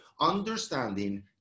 understanding